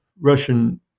Russian